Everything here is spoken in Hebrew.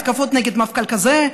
התקפות נגד מפכ"ל כזה.